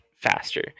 faster